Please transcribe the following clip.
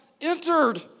entered